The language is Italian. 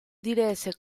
diresse